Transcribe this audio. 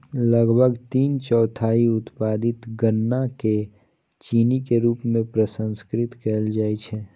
लगभग तीन चौथाई उत्पादित गन्ना कें चीनी के रूप मे प्रसंस्कृत कैल जाइ छै